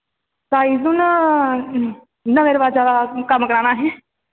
size नां नमें रवाजा दा कम्म कराना असें